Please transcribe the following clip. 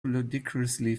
ludicrously